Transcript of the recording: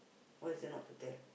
what is there not to tell